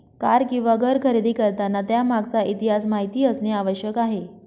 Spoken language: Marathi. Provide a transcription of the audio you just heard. कार किंवा घर खरेदी करताना त्यामागचा इतिहास माहित असणे आवश्यक आहे